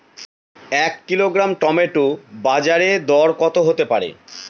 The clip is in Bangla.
এক কিলোগ্রাম টমেটো বাজের দরকত হতে পারে?